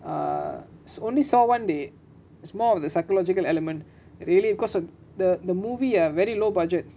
uh only saw one day it's more of the psychological element really because of the the movie ah very low budget